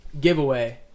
giveaway